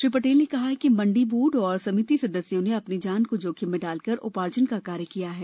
श्री पटेल ने कहा कि मंडी बोर्ड और समिति सदस्यों ने अपनी जान को जोखिम में डालकर उपार्जन का कार्य किया है